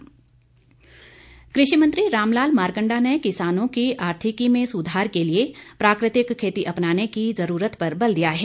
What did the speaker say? मारकंडा कृषि मंत्री रामलाल मारकंडा ने किसानो की आर्थिकी में सुधार के लिए प्राकृतिक खेती अपनाने की जरूरत पर बल दिया है